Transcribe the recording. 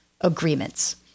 agreements